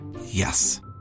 Yes